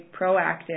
proactive